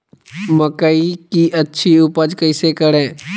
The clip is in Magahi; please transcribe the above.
मकई की अच्छी उपज कैसे करे?